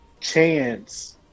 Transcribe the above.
chance